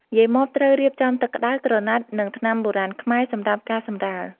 យាយម៉៉បត្រូវរៀបចំទឹក្ដៅ ក្រណាត់ និងថ្នាំបុរាណខ្មែរ សម្រាប់ការសម្រាល។